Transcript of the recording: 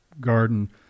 garden